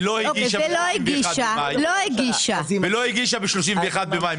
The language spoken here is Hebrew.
ואם היא לא הגישה ב-31 במאי.